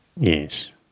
Yes